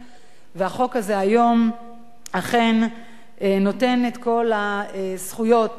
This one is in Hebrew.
החוק הזה היום אכן נותן את כל הזכויות לאותן